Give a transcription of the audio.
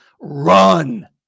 Run